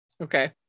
Okay